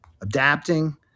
adapting